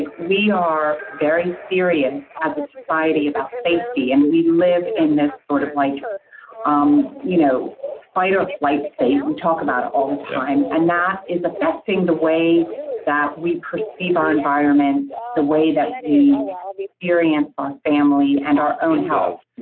we are very serious as a society about safety and we live in this sort of like um you know fight or flight state we talk it about it all the time and that is affecting the way that we perceive our environment, the way that we experience our family and our own health.